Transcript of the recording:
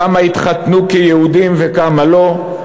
כמה יתחתנו כיהודים וכמה לא,